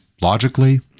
logically